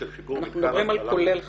אנחנו מדברים על כולל חיבור.